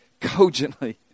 cogently